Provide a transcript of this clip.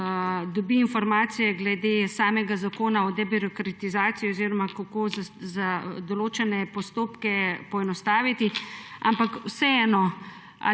dobi informacije glede samega zakona o debirokratizaciji oziroma kako določene postopke poenostaviti, ampak vseeno,